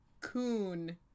coon